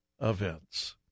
events